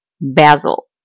Basil